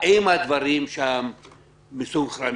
האם הדברים שם מסונכרנים?